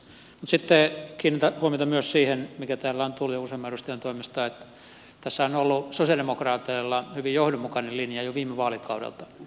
mutta sitten kiinnitän huomiota myös siihen mikä täällä on tullut jo useamman edustajan toimesta esille että tässä on ollut sosialidemokraateilla hyvin johdonmukainen linja jo viime vaalikaudelta